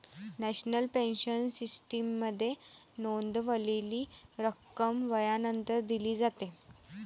national pension सिस्टीममध्ये नोंदवलेली रक्कम वयानंतर दिली जाते